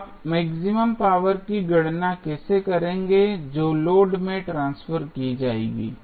आप maximum power की गणना कैसे करेंगे जो लोड में ट्रांसफर की जाएगी